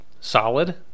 solid